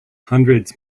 hundreds